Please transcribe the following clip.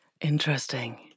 Interesting